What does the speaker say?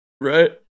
Right